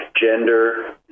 gender